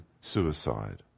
suicide